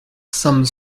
some